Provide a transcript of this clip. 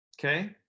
Okay